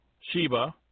Sheba